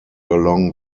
along